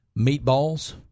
meatballs